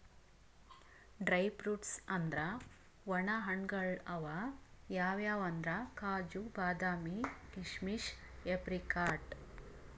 dry fruits ಅಂದ್ರ ವಣ ಹಣ್ಣ್ಗಳ್ ಅವ್ ಯಾವ್ಯಾವ್ ಅಂದ್ರ್ ಕಾಜು, ಬಾದಾಮಿ, ಕೀಶಮಿಶ್, ಏಪ್ರಿಕಾಟ್